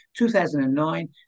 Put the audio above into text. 2009